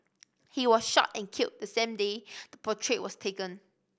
he was shot and killed the same day the portrait was taken